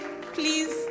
Please